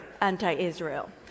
anti-Israel